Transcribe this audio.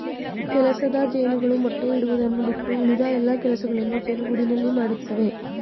ಕೆಲಸದ ಜೇನುಗಳು ಮೊಟ್ಟೆ ಇಡುವುದನ್ನು ಬಿಟ್ಟು ಉಳಿದ ಎಲ್ಲಾ ಕೆಲಸಗಳನ್ನು ಜೇನುಗೂಡಿನಲ್ಲಿ ಮಾಡತ್ತವೆ